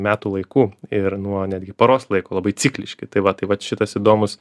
metų laiku ir nuo netgi paros laiko labai cikliški tai va tai vat šitas įdomus